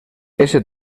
ese